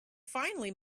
finally